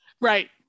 Right